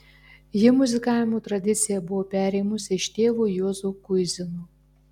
ji muzikavimo tradiciją buvo perėmusi iš tėvo juozo kuizino